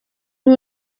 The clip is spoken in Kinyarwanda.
ubu